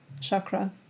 chakra